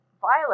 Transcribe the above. violet